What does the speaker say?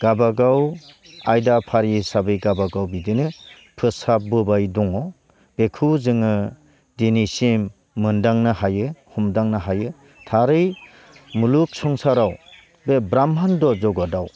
गाबागाव आयदा फारि हिसाबै गाबागाव बिदिनो फोसाब बोबाय दङ बेखौ जोङो दिनैसिम मोनदांनो हायो हमदांनो हायो थारै मुलुग संसाराव बे ब्राह्मन्द जगतआव